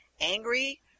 angry